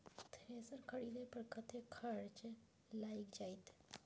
Thresher खरीदे पर कतेक खर्च लाईग जाईत?